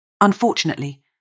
Unfortunately